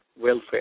welfare